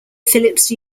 phillips